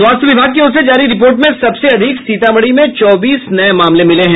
स्वास्थ्य विभाग की ओर से जारी रिपोर्ट में सबसे अधिक सीतामढ़ी में चौबीस नये मामले मिले हैं